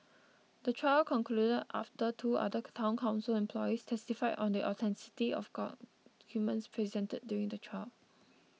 the trial concluded after two other Town Council employees testified on the authenticity of documents presented during the trial